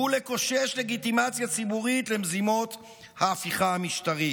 ולקושש לגיטימציה ציבורית למזימות ההפיכה המשטרית.